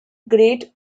great